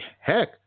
Heck